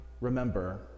remember